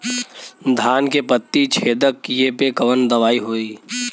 धान के पत्ती छेदक कियेपे कवन दवाई होई?